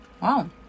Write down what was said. Wow